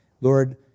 Lord